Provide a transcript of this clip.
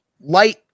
light